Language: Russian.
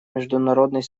международной